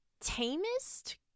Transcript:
tamest